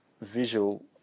visual